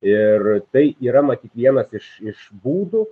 ir tai yra matyt vienas iš būdų